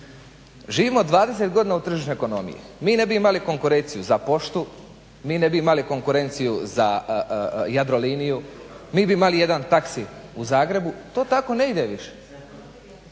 Živimo 20 godina u tržišnoj ekonomiji, mi ne bi imali konkurenciju za poštu, mi ne bi imali konkurenciju za Jadroliniju, mi bi imali jedan taxi u Zagrebu. To tako ne ide više,